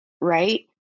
right